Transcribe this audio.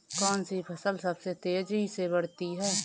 कौनसी फसल सबसे तेज़ी से बढ़ती है?